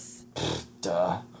Duh